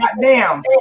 goddamn